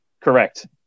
Correct